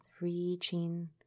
reaching